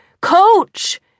Coach